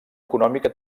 econòmica